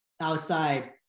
outside